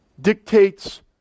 dictates